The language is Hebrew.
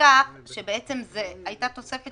לכך שהייתה תוספת